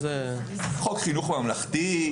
חוק חינוך ממלכתי,